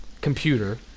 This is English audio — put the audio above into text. computer